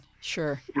Sure